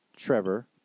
trevor